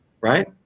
right